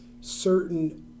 certain